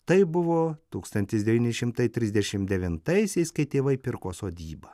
taip buvo tūkstantis devyni šimtai trisdešim devintaisiais kai tėvai pirko sodybą